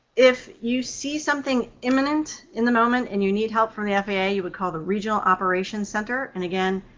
if you see something imminent in the moment and you need help from the faa, yeah you would call the regional operations center, and again,